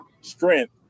strength